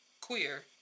queer